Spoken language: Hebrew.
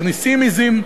מכניסים עזים,